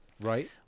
right